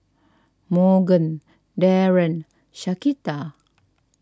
Morgan Darren and Shaquita